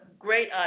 Great